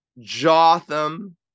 Jotham